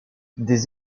des